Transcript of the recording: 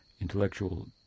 intellectual